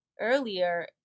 earlier